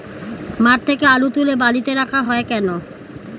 মাঠ থেকে আলু তুলে বালিতে রাখা হয় কেন?